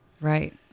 Right